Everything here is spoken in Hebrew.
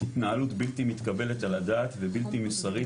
התנהלות בלתי מתקבלת על הדעת ובלתי מוסרית